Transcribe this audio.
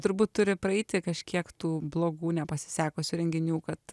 turbūt turi praeiti kažkiek tų blogų nepasisekusių renginių kad